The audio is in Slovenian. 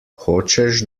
hočeš